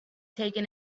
taken